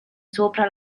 sopra